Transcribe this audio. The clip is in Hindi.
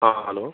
हाँ हलो